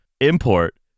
import